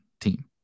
team